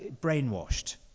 brainwashed